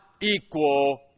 equal